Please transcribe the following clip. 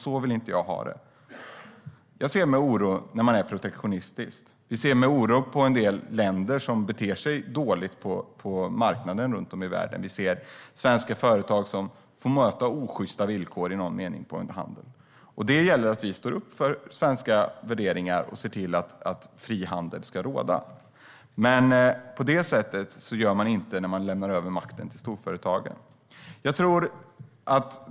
Så vill jag inte ha det. Jag ser med oro på protektionism och på en del länder som beter sig dåligt på marknader runt om i världen. Svenska företag får möta osjysta villkor. Det gäller att vi står upp för svenska värderingar och ser till att frihandel ska råda. Men det gör man inte när man lämnar över makten till storföretagen.